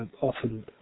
often